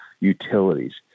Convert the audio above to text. utilities